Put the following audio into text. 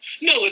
No